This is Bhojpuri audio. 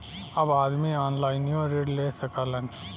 अब आदमी ऑनलाइनों ऋण ले सकलन